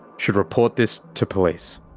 should report this to police.